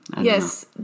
yes